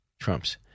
Trump's